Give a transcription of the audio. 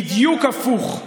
בדיוק הפוך.